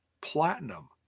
platinum